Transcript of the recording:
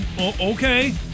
Okay